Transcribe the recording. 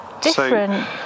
different